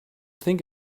think